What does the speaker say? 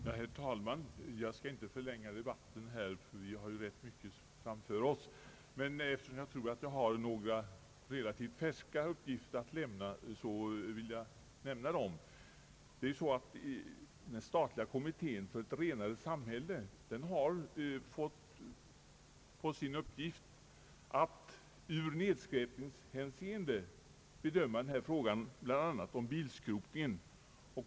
Herr talman! Jag skall inte förlänga debatten om denna fråga eftersom vi har mycket annat att diskutera i dag. Men då jag tror mig ha några relativt färska uppgifter att lämna, vill jag framföra dem. Den statliga kommittén för ett renare samhälle har bland annat fått till uppgift att i nedskräpningshänseende bedöma frågan om bilskrotningen.